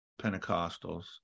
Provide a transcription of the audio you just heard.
Pentecostals